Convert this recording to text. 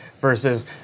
versus